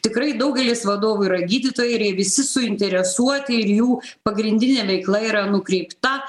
tikrai daugelis vadovų yra gydytojai ir jie visi suinteresuoti ir jų pagrindinė veikla yra nukreipta